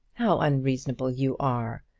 how unreasonable you are!